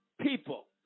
people